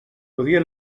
podria